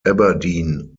aberdeen